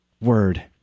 word